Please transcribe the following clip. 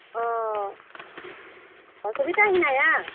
ᱚᱸᱻ ᱚᱥᱩᱵᱤᱫᱟ ᱦᱮᱱᱟᱭᱟ